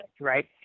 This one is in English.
right